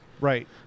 Right